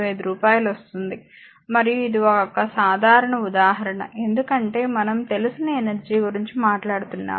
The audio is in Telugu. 265 రూపాయలు వస్తుంది మరియు ఇది ఒక సాధారణ ఉదాహరణ ఎందుకంటే మనం తెలిసిన ఎనర్జీ గురించి మాట్లాడుతున్నాము